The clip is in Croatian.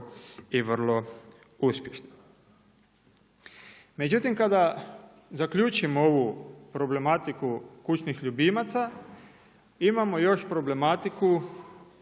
i vrlo uspješna. Međutim, kada zaključimo ovu problematiku kućnih ljubimaca imamo još problematiku